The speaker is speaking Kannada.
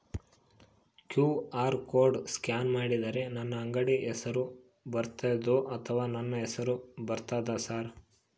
ಕ್ಯೂ.ಆರ್ ಕೋಡ್ ಸ್ಕ್ಯಾನ್ ಮಾಡಿದರೆ ನನ್ನ ಅಂಗಡಿ ಹೆಸರು ಬರ್ತದೋ ಅಥವಾ ನನ್ನ ಹೆಸರು ಬರ್ತದ ಸರ್?